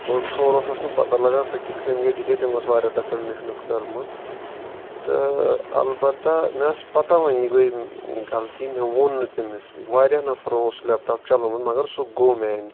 اورسورَس اوس نہِ پَتہَ لَگان سۄ کِتھ کنۍ گے ڈِلیٖٹ تٔمۍ أسۍ واریاہ تَتھ پیٹھ محنَت کٔرمٕژ تہٕ اَلبَتہَ مےٚ أس پَتہَ وۄنۍ یہِ گے غَلطی مےٚ ووٚن نہٕ تمِس واریَہَو نَفرَو اوس سُہ لیپٹاپ چَلوومُت مَگَر سُہ گوٚو میانہِ